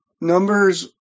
numbers